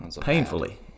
Painfully